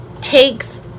takes